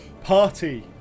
party